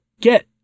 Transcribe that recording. get